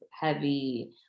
heavy